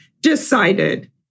decided